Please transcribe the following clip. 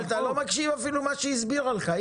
אבל אתה לא מקשיב אפילו למה שהיא הסבירה לך.